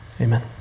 amen